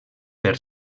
per